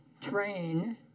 train